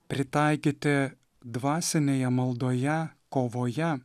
pritaikyti dvasinėje maldoje kovoje